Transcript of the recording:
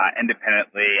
independently